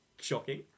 shocking